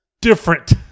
different